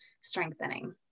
strengthening